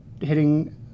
hitting